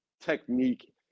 technique